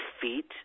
feet